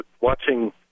watching